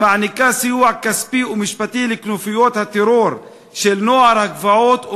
שמעניקה סיוע כספי ומשפטי לכנופיות הטרור של נוער הגבעות,